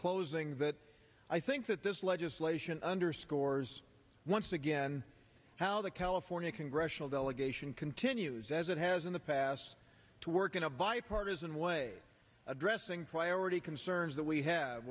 closing that i think that this legislation underscores once again how the california congressional delegation continues as it has in the past to work in a bipartisan way addressing priority concerns that we have